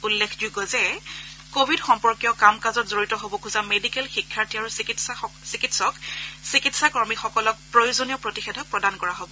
উল্লেখযোগ্য যে কোৱিড সম্পৰ্কীয় কাম কাজত জড়িত হ'ব খোজা মেডিকেল শিক্ষাৰ্থী আৰু চিকিৎসক চিকিৎসাকৰ্মীসকলক প্ৰয়োজনীয় প্ৰতিষেধক প্ৰদান কৰা হ'ব